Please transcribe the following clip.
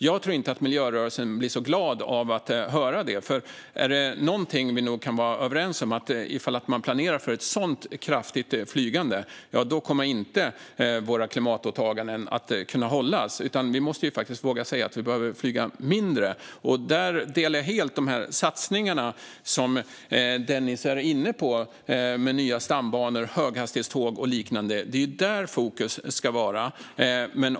Jag tror inte att miljörörelsen blir så glad av att höra det. Någonting vi nog kan vara överens om är att om man planerar för ett sådant kraftigt flygande kommer inte våra klimatåtaganden att kunna hålla. Vi måste våga säga att vi behöver flyga mindre. Där delar jag helt att vi ska göra de satsningar som Denis Begic är inne på med nya stambanor, höghastighetståg och liknande. Det är där fokus ska vara.